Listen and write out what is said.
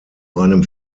einem